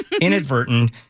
inadvertent